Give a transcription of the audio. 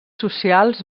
socials